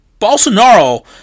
Bolsonaro